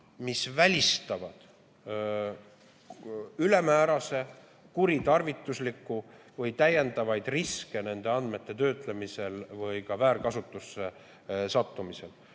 mis välistab ülemäärased kuritarvituslikud või täiendavad riskid nende andmete töötlemisel või väärkasutusse sattumisel.